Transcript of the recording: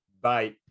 Bye